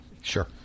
sure